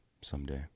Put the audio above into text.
someday